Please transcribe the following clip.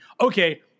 okay